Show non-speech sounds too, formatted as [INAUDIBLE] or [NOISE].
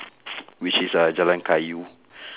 [NOISE] which is uh jalan-kayu